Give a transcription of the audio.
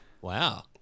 wow